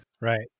Right